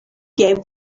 gave